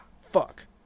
fuck